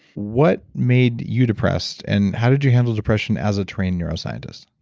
what made you depressed? and how did you handle depression as a trained neuroscientist?